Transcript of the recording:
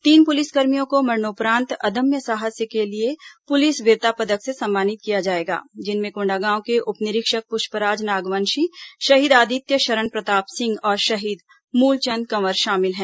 तीन पुलिसकर्मियों को मरणोपरांत अदम्य साहस के लिए पुलिस वीरता पदक से सम्मानित किया जाएगा जिनमें कोंडागांव के उप निरीक्षक पुष्पराज नागवंशी शहीद आदित्य शरण प्रताप सिंह और शहीद मूलचंद कंवर शामिल हैं